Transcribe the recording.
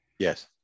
Yes